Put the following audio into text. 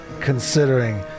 considering